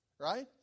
right